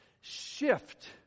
Shift